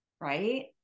Right